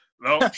No